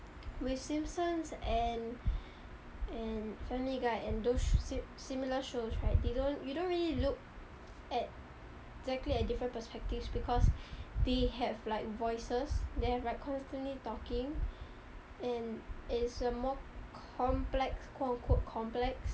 with simpsons and and family guy and those si~ similar shows right they don't you don't really look at exactly different perspectives because they have like voices they have like constantly talking and it's a more complex quote on quote complex